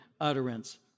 utterance